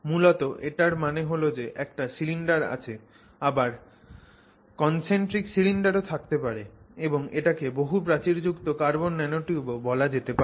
মূলত এটার মানে হল যে একটা সিলিন্ডার আছে আবার কন্সেন্ট্রিক সিলিন্ডার ও থাকতে পারে এবং এটাকে বহু প্রাচীরযুক্ত কার্বন ন্যানোটিউব ও বলা যেতে পারে